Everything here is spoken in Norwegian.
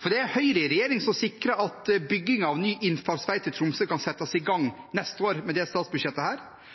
For det er Høyre i regjering som har sikret at bygging av ny innfartsvei til Tromsø kan settes i gang neste år, med dette statsbudsjettet,